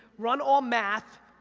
run all math,